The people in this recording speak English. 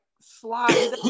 slide